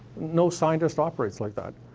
no scientist operates like that.